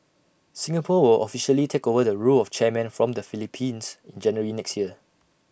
Singapore will officially take over the role of chairman from the Philippines in January next year